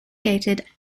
gated